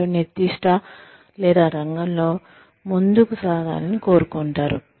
మీరు నిర్దిష్ట సంస్థ లేదా రంగంలో ముందుకు సాగాలని కోరుకుంటారు